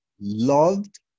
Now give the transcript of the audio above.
loved